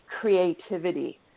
creativity